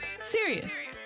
serious